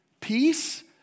Peace